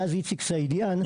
מאז איציק סעידיאן,